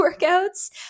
workouts